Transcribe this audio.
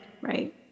Right